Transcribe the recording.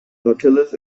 nautilus